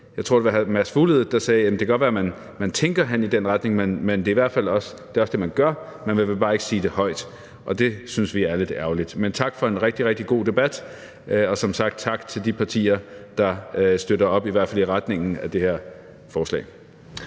Jeg tror, det var hr. Mads Fuglede, der sagde, at det godt kan være, at man tænker hen i den retning, men det er i hvert fald også det, man gør, men man vil bare ikke sige det højt, og det synes vi er lidt ærgerligt. Men tak for en rigtig, rigtig god debat, og som sagt: Tak til de partier, der støtter op i hvert fald i retningen af det her forslag.